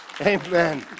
Amen